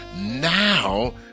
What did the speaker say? Now